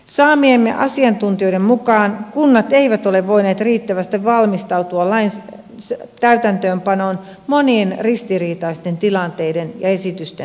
saamiemme asiantuntijoiden mukaan kunnat eivät ole voineet riittävästi valmistautua lain täytäntöönpanoon monien ristiriitaisten tilanteiden ja esitysten takia